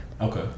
Okay